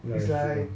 your attitude